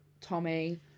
Tommy